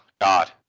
God